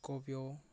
Scorpio